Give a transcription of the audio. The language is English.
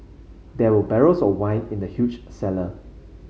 there were barrels of wine in the huge cellar